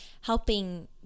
helping